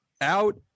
out